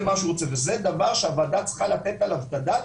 למה שהוא רוצה וזה דבר שהוועדה צריכה לתת עליו את הדעת